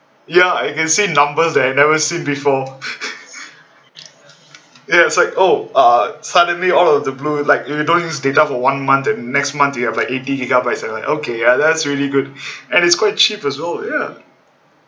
ya I can see numbers that I never seen before ya it's like oh uh suddenly out of the blue like you don't use data for one month and next month you have like eighty gigabytes I was like okay uh that's really good and it's quite cheap as well ya